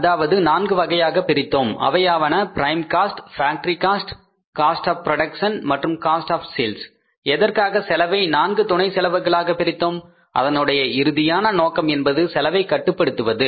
அதாவது நான்கு வகையாகப் பிடித்தோம் அவையாவன prime cost factory cost cost of production மற்றும் காஸ்ட் ஆப் செல்ஸ் எதற்காக செலவை நான்கு துணை செலவுகளாக பிரித்தோம் அதனுடைய இறுதியான நோக்கம் என்பது செலவை கட்டுப்படுத்துவது